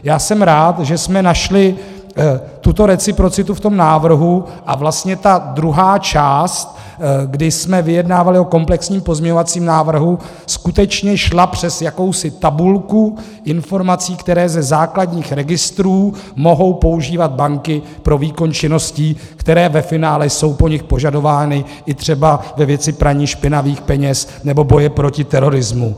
Já jsem rád, že jsme našli tuto reciprocitu v tom návrhu a vlastně ta druhá část, kdy jsme vyjednávali o komplexním pozměňovacím návrhu, skutečně šla přes jakousi tabulku informací, které ze základních registrů mohou používat banky pro výkon činností, které ve finále jsou po nich požadovány i třeba ve věci praní špinavých peněz nebo boje proti terorismu.